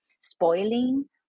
spoiling